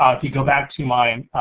um if you go back to my